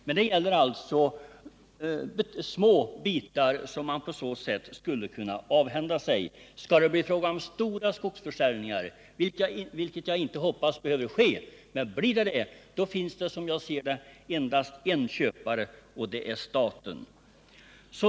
Men det gäller alltså små bitar som man på det sättet skulle kunna avhända sig. Skall det bli fråga om stora skogsförsäljningar, vilket jag hoppas inte behöver ske, finns det som jag ser det endast en köpare och det är staten.